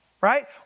right